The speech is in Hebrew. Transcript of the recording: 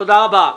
תודה רבה.